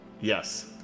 Yes